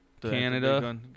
Canada